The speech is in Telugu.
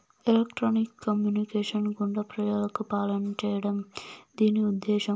ఎలక్ట్రానిక్స్ కమ్యూనికేషన్స్ గుండా ప్రజలకు పాలన చేయడం దీని ఉద్దేశం